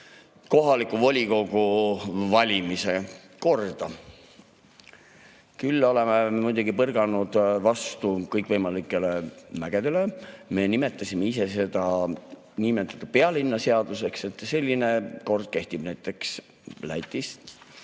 kohaliku volikogu valimise korda. Aga me oleme muidugi põrganud vastu kõikvõimalikke mägesid. Me nimetasime ise seda pealinnaseaduseks, sest selline kord kehtib näiteks Lätis,